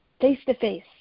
face-to-face